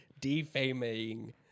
Defaming